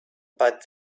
but